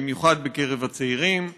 במיוחד בקרב הצעירים,